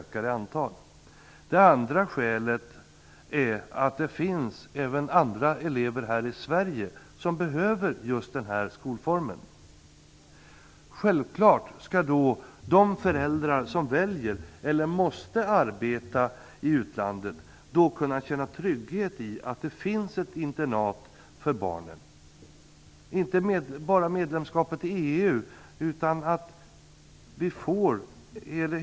Det andra skälet är att det finns även andra elever här i Sverige som behöver just denna skolform. Självklart skall de föräldrar som väljer att, eller måste, arbeta i utlandet då kunna känna trygghet i att det finns internat för barnen. Detta beror inte bara på medlemskapet i EU.